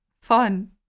fun